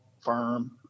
firm